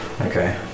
Okay